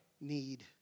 need